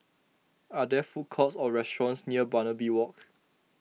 are there food courts or restaurants near Barbary Walk